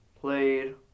played